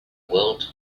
world